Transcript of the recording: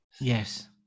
Yes